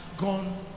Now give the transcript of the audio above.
gone